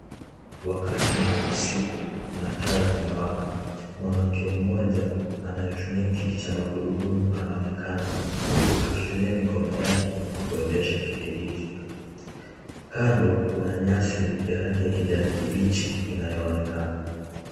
Wakati ni wa usiku, na taa zimewaka. Mwanamke mmoja anayetumia kiti cha magurudumu anaonekana, huku akitumia mikono yake kuendesha kiti hicho. Kando kuna nyasi ya rangi ya kijani kibichi inayoonekana.